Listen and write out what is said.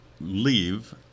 leave